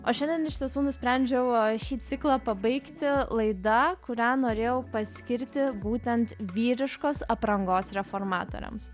o šiandien iš tiesų nusprendžiau šį ciklą pabaigti laida kurią norėjau paskirti būtent vyriškos aprangos reformatoriams